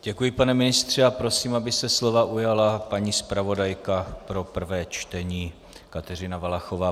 Děkuji, pane ministře, a prosím, aby se slova ujala paní zpravodajka pro prvé čtení Kateřina Valachová.